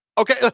Okay